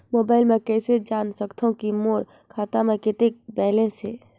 Mobile म कइसे जान सकथव कि मोर खाता म कतेक बैलेंस से?